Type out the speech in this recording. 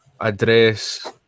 address